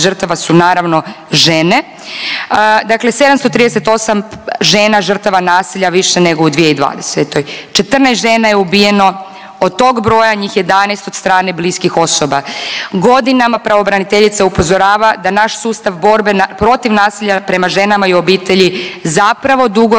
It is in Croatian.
žrtava su naravno žene, dakle 738 žena žrtava nasilja više nego u 2020. 14 žena je ubijeno od tog broja njih 11 od strane bliskih osoba. Godinama pravobraniteljica upozorava da naš sustav borbe protiv nasilja prema ženama u obitelji zapravo